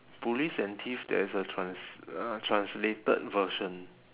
police and thief there is a trans~ uh translated version